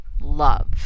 love